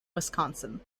wisconsin